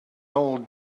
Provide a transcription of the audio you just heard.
old